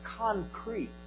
Concrete